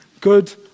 Good